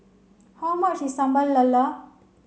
how much Sambal Lala